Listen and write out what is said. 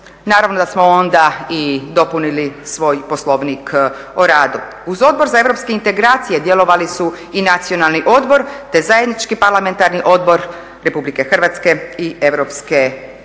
Naravno da smo onda i dopunili svoj poslovnik o radu. Uz Odbor za europske integracije djelovali su i nacionalni odbor te zajednički parlamentarni odbor Republike Hrvatske i Europske unije